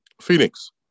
Phoenix